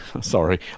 Sorry